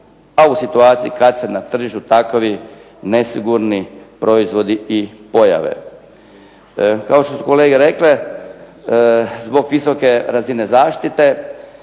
a u situaciji kad se na tržištu takvi nesigurni proizvodi i pojave. Kao što su kolege rekle, zbog visoke razine zaštite